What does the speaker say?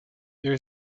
there